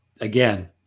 again